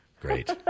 Great